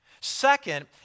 Second